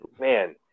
man